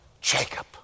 Jacob